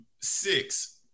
six